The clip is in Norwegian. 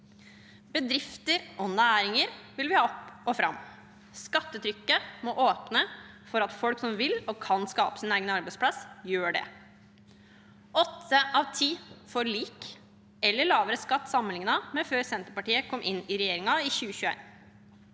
Bedrifter og næringer vil vi ha opp og fram. Skattetrykket må åpne for at folk som vil og kan skape sin egen arbeidsplass, gjør det. Åtte av ti får lik eller lavere skatt sammenlignet med før Senterpartiet kom i regjering i 2021.